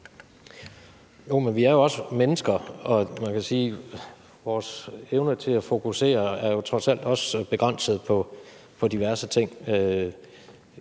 Jo, men vi er jo også mennesker, og man kan sige, at vores evner til at fokusere på diverse ting jo trods alt også er begrænsede. Vil